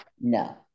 No